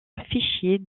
fichiers